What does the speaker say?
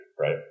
right